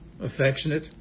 affectionate